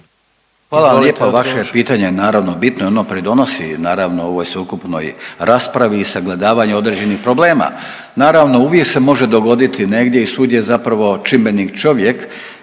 vam lijepa, vaše pitanje je naravno bitno i ono pridonosi naravno ovoj sveukupnoj raspravi i sagledavanju određenih problema. Naravno uvijek se može dogoditi negdje i svugdje je zapravo čimbenik čovjek